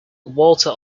walter